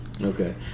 Okay